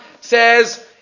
says